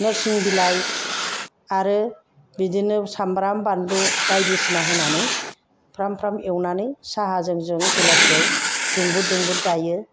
नोरसिं बिलाइ आरो बिदिनो सामब्राम बानलु बायदिसिना होनानै फ्राम फ्राम एवनानै साहाजों जों बेलासियाव दुंब्रुद दुंब्रुद जायो